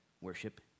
Worship